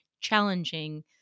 challenging